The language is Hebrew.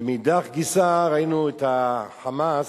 ומאידך גיסא ראינו את ה"חמאס",